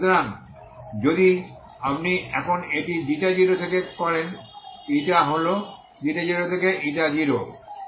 সুতরাং যদি আপনি এখন এটি 0 থেকে করেন η হল 0 থেকে 0